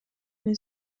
мен